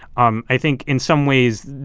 um i think in some ways,